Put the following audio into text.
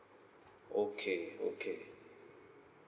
okay okay